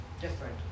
different